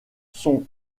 sont